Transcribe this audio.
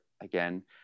again